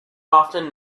often